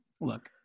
look